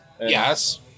Yes